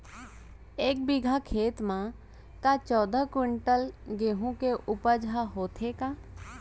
एक बीघा खेत म का चौदह क्विंटल गेहूँ के उपज ह होथे का?